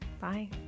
bye